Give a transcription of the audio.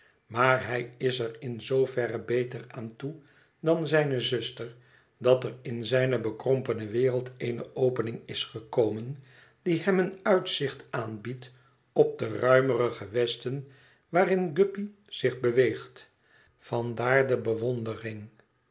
maar hij is er in zooverre beter aan toe dan zijne zuster dat er in zijne bekrompene wereld eene opening is gekomen die hem een uitzicht aanbiedt op de ruimere gewesten waarin guppy zich beweegt vandaar de bewondering